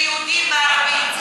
אני נגד תקציבים ליהודים וערבים,